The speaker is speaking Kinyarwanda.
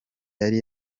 yari